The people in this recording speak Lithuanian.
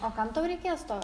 o kam tau reikės to